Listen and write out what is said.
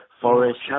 Forest